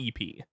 ep